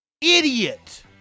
Idiot